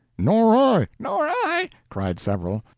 nor i! nor i! cried several.